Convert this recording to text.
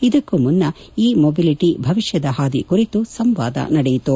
ಇದಕ್ಕೂ ಮುನ್ನ e mobility ಭವಿಷ್ಲದ ಹಾದಿ ಕುರಿತು ಸಂವಾದ ನಡೆಯಿತು